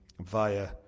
via